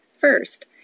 First